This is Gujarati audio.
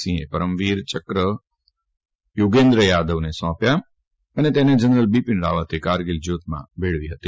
સિંહે પરમવીર ચક્ર યોગેન્દ્ર યાદવને સોંપી અને તેને જનરલ બિપીન રાવતે કારગીલ જ્યોતમાં ભેળવી દીધી હતી